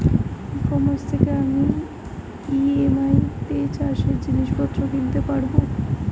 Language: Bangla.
ই কমার্স থেকে আমি ই.এম.আই তে চাষে জিনিসপত্র কিনতে পারব?